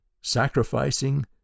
sacrificing